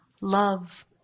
love